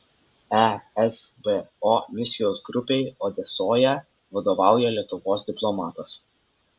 esbo misijos grupei odesoje vadovauja lietuvos diplomatas